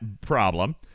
problem